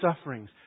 sufferings